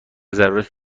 ضرورت